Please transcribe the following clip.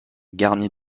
garni